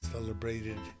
Celebrated